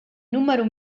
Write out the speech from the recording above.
número